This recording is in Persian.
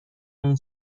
این